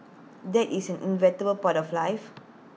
death is an inevitable part of life